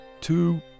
two